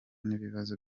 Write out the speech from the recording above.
n’ibibazo